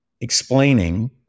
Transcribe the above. explaining